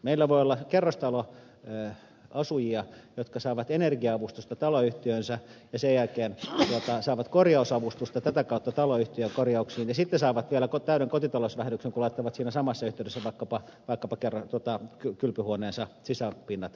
meillä voi olla kerrostaloasujia jotka saavat energia avustusta taloyhtiöönsä ja sen jälkeen saavat korjausavustusta tätä kautta taloyhtiön korjauksiin ja sitten saavat vielä täyden kotitalousvähennyksen kun laittavat siinä samassa yh teydessä vaikkapa kylpyhuoneensa sisäpinnat kuntoon